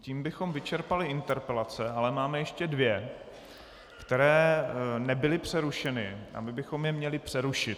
Tím bychom vyčerpali interpelace, ale máme ještě dvě, které nebyly přerušeny a my bychom je měli přerušit.